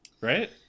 Right